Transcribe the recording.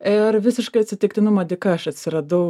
ir visiškai atsitiktinumo dėka aš atsiradau